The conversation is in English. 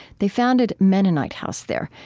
they founded mennonite house there,